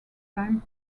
time